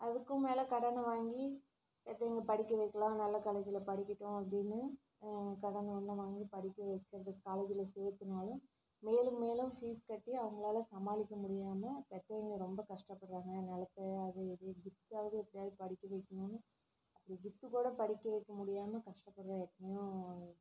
அதுக்கும் மேலே கடனை வாங்கி இது படிக்க வைக்கலாம் நல்ல காலேஜில் படிக்கட்டும் அப்படின்னு கடனை உடன வாங்கி படிக்க வைக்கிறதுக்கு காலேஜில் சேர்த்துனாலும் மேலும் மேலும் ஃபீஸ் கட்டி அவங்களால சமாளிக்க முடியாமல் பெற்றவிங்க ரொம்ப கஷ்டப்படுறாங்க நிலத்த அதை இதையும் விற்றாவது எப்படியாவது படிக்க வைக்கணுன்னு அதை விற்று கூட படிக்க வைக்க முடியாமல் கஷ்டப்படுற எத்தனையோ